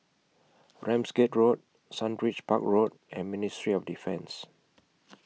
Ramsgate Road Sundridge Park Road and Ministry of Defence